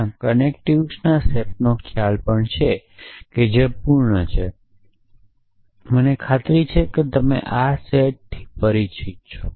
ત્યાં કનેક્ટિવ્સના સેટનો ખ્યાલ પણ છે જે પૂર્ણ છે મને ખાતરી છે કે તમે આ સેટથી પરિચિત છો